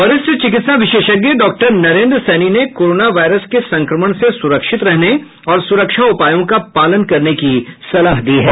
वरिष्ठ चिकित्सा विशेषज्ञ डॉक्टर नरेंद्र सैनी ने कोरोना वायरस के संक्रमण से सुरक्षित रहने और सुरक्षा उपायों का पालन करने की सलाह दी है